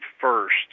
first